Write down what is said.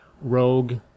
rogue